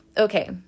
Okay